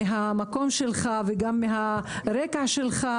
מהמקום שלך וגם מהרקע שלך